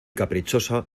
caprichosa